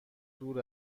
دور